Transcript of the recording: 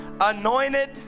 anointed